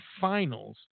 finals